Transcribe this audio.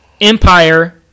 Empire